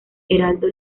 heraldo